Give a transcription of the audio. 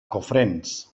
cofrents